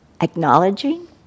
acknowledging